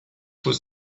was